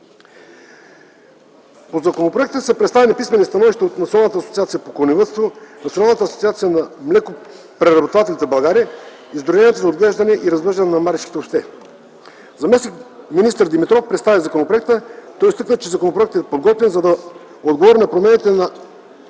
По законопроекта са представени писмени становища от Националната асоциация по коневъдство, Националната асоциация на млекопреработвателите в България и Сдружението за отглеждане и развъждане на маришките овце. Заместник-министър Димитров представи законопроекта. Той изтъкна, че законопроектът е подготвен, за да отговори на променените